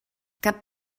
cap